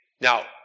Now